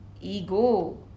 Ego